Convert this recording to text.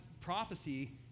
prophecy